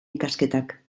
ikasketak